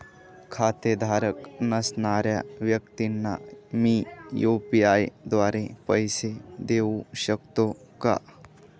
खातेधारक नसणाऱ्या व्यक्तींना मी यू.पी.आय द्वारे पैसे देऊ शकतो का?